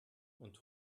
und